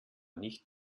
nicht